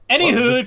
Anywho